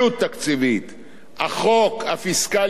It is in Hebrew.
החוק הפיסקלי של טרכטנברג מחד